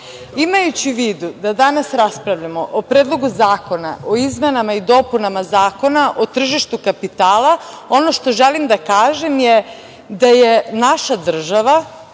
u vidu da danas raspravljamo o Predlogu zakona o izmenama i dopunama Zakona o tržištu kapitala, ono što želim da kažem je da je naša država